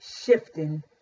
shifting